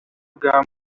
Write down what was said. bwa